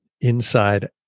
inside